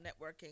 networking